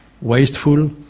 wasteful